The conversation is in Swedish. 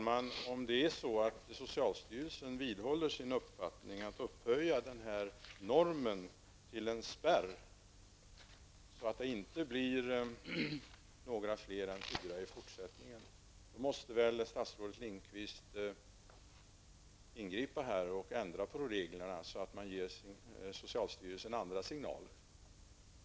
Fru talman! Om socialstyrelsen vidhåller sin uppfattning att upphöja normen till en spärr, så att det i fortsättningen inte blir fler än fyra platser, måste väl statsrådet Lindqvist ingripa och ändra på reglerna, så att man ger socialstyrelsen andra signaler.